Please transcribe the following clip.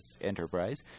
Enterprise